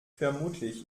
vermutlich